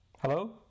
Hello